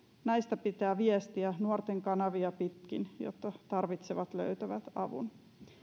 näistä pitää viestiä nuorten kanavia pitkin jotta tarvitsevat löytävät avun